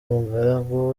umugaragu